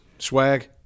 Swag